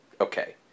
Okay